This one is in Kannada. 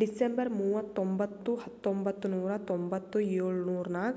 ಡಿಸೆಂಬರ್ ಮೂವತೊಂಬತ್ತು ಹತ್ತೊಂಬತ್ತು ನೂರಾ ತೊಂಬತ್ತು ಎಳುರ್ನಾಗ